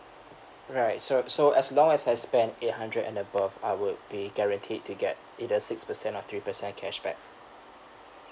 right so so as long as I spend eight hundred and above I would be guaranteed to get either six percent or three percent cashback